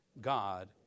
God